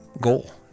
goal